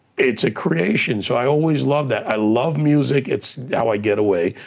it's a creation so i always loved that. i love music, it's how i get away.